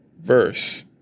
verse